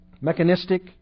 Mechanistic